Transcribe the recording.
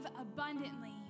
abundantly